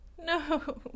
No